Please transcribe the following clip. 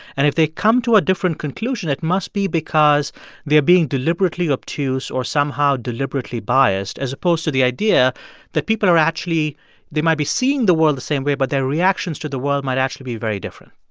and if they come to a different conclusion, it must be because they're being deliberately obtuse or somehow deliberately biased, as opposed to the idea that people are actually they might be seeing the world the same way, but their reactions to world might actually be very different